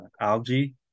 algae